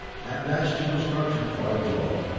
and dashed to destruction far below.